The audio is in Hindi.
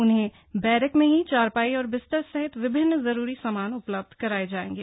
उन्हें बश्वक पर ही चारपाई और बिस्तर सहित विभिन्न जरूरी सामान उपलब्ध कराए जाएंगे